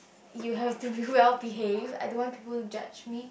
you have to be well behave I don't want people to judge me